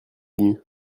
venu